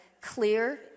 clear